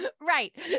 Right